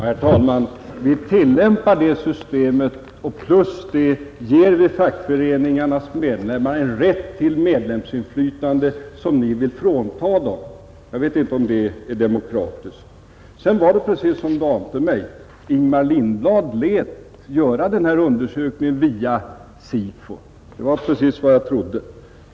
Herr talman! Vi tillämpar det systemet, och plus detta ger vi fackföreningarnas medlemmar en rätt till medlemsinflytande som ni vill frånta dem, vilket jag inte tycker är demokratiskt. Sedan var det som jag anade. Ingemar Lindblad lät göra den här undersökningen via SIFO. Det var precis vad jag trodde.